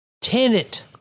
tenant